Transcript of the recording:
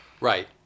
Right